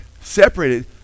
separated